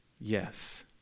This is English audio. yes